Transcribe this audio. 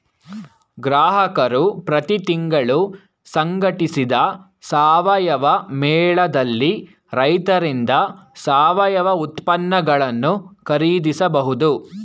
ಗ್ರಾಹಕರು ಪ್ರತಿ ತಿಂಗಳು ಸಂಘಟಿಸಿದ ಸಾವಯವ ಮೇಳದಲ್ಲಿ ರೈತರಿಂದ ಸಾವಯವ ಉತ್ಪನ್ನಗಳನ್ನು ಖರೀದಿಸಬಹುದು